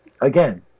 again